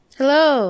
hello